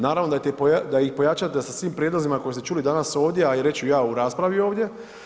Naravno da ih pojačate sa svim prijedlozima koje ste čuli danas ovdje, a reći ću i ja u raspravi ovdje.